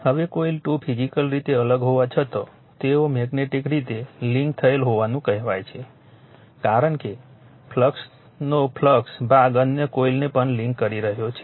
હવે coil 2 physical રીતે અલગ હોવા છતાં તેઓ મેગ્નેટીક રીતે લિંક થયેલ હોવાનું કહેવાય છે કારણ કે ફ્લક્સનો ફ્લક્સ ભાગ અન્ય કોઇલને પણ લિંક કરી રહ્યો છે